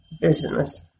business